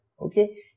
Okay